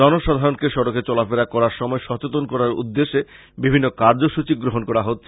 জনসাধারণকে সড়কে চলাফেরা করার সময়ে সচেতন করার উদ্দেশ্যে বিভিন্ন কার্য্যসূচী গ্রহণ করা হচ্ছে